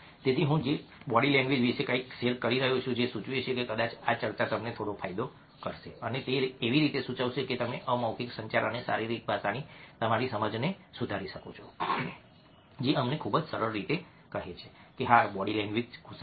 તેથી જો હું બોડી લેંગ્વેજ વિશે કંઈક શેર કરી રહ્યો છું જે સૂચવે છે કે કદાચ આ ચર્ચા તમને થોડો ફાયદો કરશે અને તે એવી રીતો સૂચવશે કે તમે અમૌખિક સંચાર અને શારીરિક ભાષાની તમારી સમજને સુધારી શકો છો જે અમને ખૂબ જ સરળ રીતે કહે છે કે હા બોડી લેંગ્વેજ કુશળતા